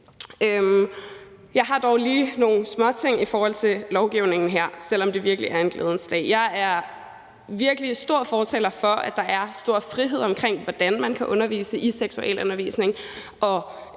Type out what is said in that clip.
Jeg vil dog lige nævne nogle småting i forhold til lovgivningen her, selv om det virkelig er en glædens dag. Jeg er virkelig stor fortaler for, at der er stor frihed omkring, hvordan man kan tilrettelægge seksualundervisning,